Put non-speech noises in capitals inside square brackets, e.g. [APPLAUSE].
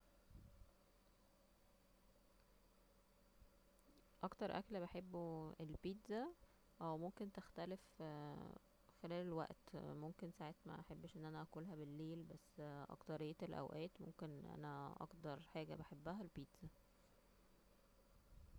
اكتر اكل بحبه البيتزا اه ممكن تختلف [HESITATION] خلال الوقت ممكن ساعات ما احبش أن أنا اكلها بالليل بس اكترية الأوقات ممكن أن أنا اكتر حاجة بحبها البيتزا